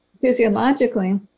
physiologically